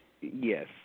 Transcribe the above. Yes